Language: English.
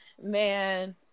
man